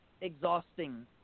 exhausting